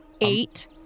eight